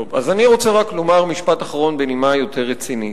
אז אני רוצה לומר משפט אחרון בנימה יותר רצינית.